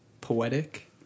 poetic